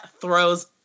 throws